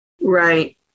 Right